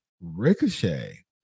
Ricochet